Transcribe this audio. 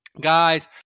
guys